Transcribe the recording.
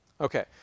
Okay